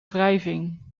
wrijving